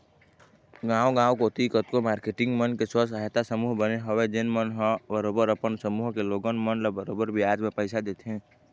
गाँव गाँव कोती कतको मारकेटिंग मन के स्व सहायता समूह बने हवय जेन मन ह बरोबर अपन समूह के लोगन मन ल बरोबर बियाज म पइसा देथे